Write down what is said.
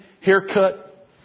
Haircut